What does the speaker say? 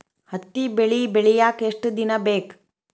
ಹತ್ತಿ ಬೆಳಿ ಬೆಳಿಯಾಕ್ ಎಷ್ಟ ದಿನ ಬೇಕ್?